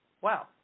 Wow